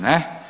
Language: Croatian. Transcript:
Ne.